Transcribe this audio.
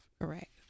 Correct